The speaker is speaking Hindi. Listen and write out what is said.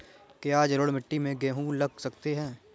क्या जलोढ़ मिट्टी में गेहूँ लगा सकते हैं?